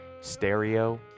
stereo